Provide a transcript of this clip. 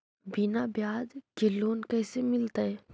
बिना ब्याज के लोन कैसे मिलतै?